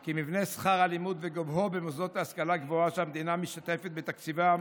כי מבנה שכר הלימוד וגובהו במוסדות להשכלה גבוהה שהמדינה משתתפת בתקציבם